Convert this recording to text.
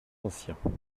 anciens